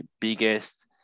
biggest